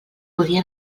podia